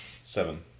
Seven